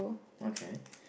okay